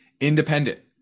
Independent